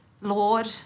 Lord